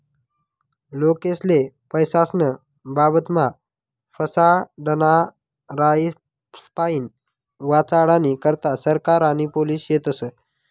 लोकेस्ले पैसास्नं बाबतमा फसाडनारास्पाईन वाचाडानी करता सरकार आणि पोलिस शेतस